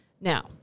Now